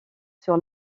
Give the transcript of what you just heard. sur